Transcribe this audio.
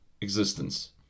existence